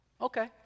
Okay